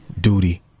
duty